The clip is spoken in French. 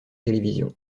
télévision